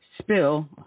spill